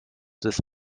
des